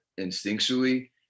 instinctually